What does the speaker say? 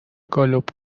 گالوپ